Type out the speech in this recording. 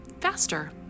faster